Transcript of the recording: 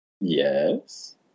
Yes